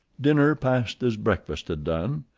dinner passed as breakfast had done,